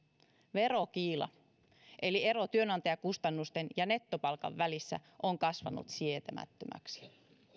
verokiila eli ero työnantajakustannusten ja nettopalkan välissä on kasvanut sietämättömäksi